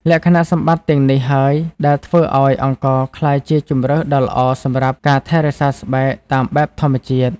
លក្ខណៈសម្បត្តិទាំងនេះហើយដែលធ្វើឱ្យអង្ករក្លាយជាជម្រើសដ៏ល្អសម្រាប់ការថែរក្សាស្បែកតាមបែបធម្មជាតិ។